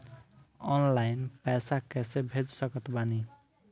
Online पैसा कैसे भेज सकत बानी?